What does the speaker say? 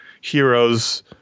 heroes